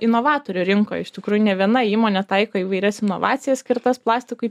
inovatorių rinkoj iš tikrųjų nė viena įmonė taiko įvairias inovacijas skirtas plastikui